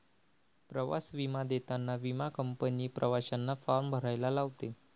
प्रवास विमा देताना विमा कंपनी प्रवाशांना फॉर्म भरायला लावते